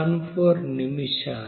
14 నిమిషాలు